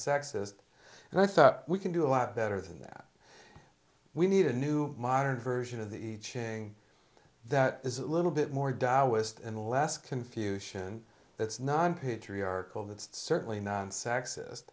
sexist and i thought we can do a lot better than that we need a new modern version of the ching that is a little bit more taoist and less confucian that's not patriarchal that's certainly not sexist